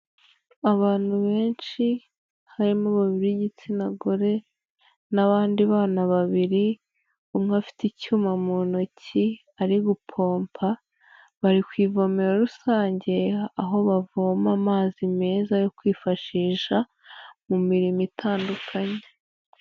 Abantu benshi harimo babiri b'igitsina gore n'abandi bana babiri, umwe afite icyuma mu ntoki ari gupompa, bari ku ivomero rusange aho bavoma amazi meza yo kwifashisha mu mirimo itandukanye.